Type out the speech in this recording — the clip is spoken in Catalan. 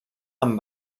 amb